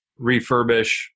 refurbish